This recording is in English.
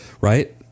Right